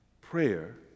Prayer